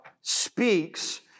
speaks